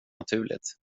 naturligt